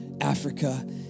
Africa